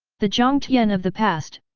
the jiang tian of the past,